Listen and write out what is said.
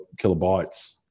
kilobytes